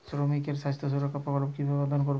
শ্রমিকের স্বাস্থ্য সুরক্ষা প্রকল্প কিভাবে আবেদন করবো?